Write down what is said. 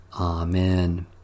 Amen